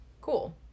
cool